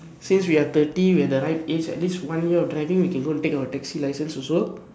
since we are thirty we are at the right age at least one year of driving we can go and take our taxi license also